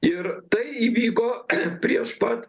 ir tai įvyko prieš pat